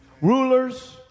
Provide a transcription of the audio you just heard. rulers